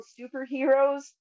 superheroes